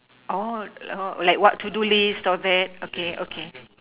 orh like what to do list all that okay okay